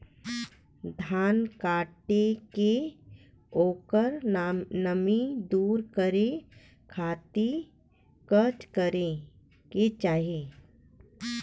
धान कांटेके ओकर नमी दूर करे खाती का करे के चाही?